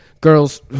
girls